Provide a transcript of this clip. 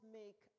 make